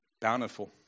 bountiful